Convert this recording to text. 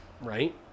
right